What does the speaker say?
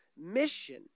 mission